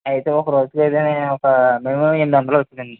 అయితే ఒక రోజు అయితే ఒక మినిమం ఎనిమిది వందలు అవుతుంది అండి